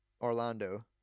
Orlando